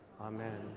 Amen